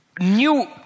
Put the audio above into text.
new